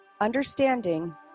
understanding